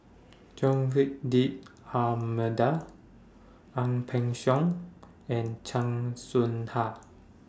Joaquim D'almeida Ang Peng Siong and Chan Soh Ha